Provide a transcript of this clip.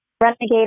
renegade